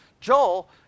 Joel